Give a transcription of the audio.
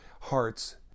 hearts